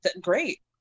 great